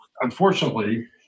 unfortunately